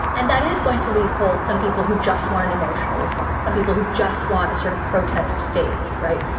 and that is going to leave cold some people who just want an emotional response, some people who just want to sort of protest staged. right.